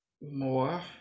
more